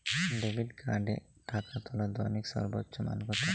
Debit কার্ডে টাকা তোলার দৈনিক সর্বোচ্চ মান কতো?